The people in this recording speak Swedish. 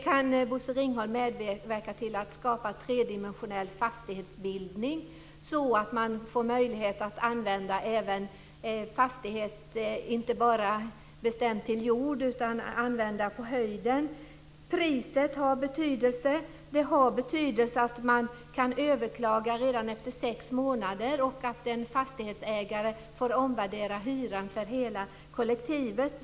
Kan Bosse Ringholm medverka till att skapa en tredimensionell fastighetsbildning så att man får möjlighet att använda fastighetsbegreppet inte bara bestämt till jord utan också bestämt till att bygga på höjden? Priset har betydelse. Det har också betydelse att man redan efter sex månader kan överklaga hyressättningen, vilket leder till att en fastighetsägare får omvärdera hyran för hela kollektivet.